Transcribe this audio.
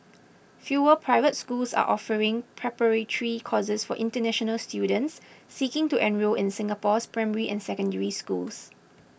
fewer private schools are offering preparatory courses for international students seeking to enrol in Singapore's primary and Secondary Schools